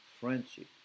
friendship